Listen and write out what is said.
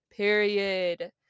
Period